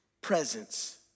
presence